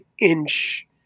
inch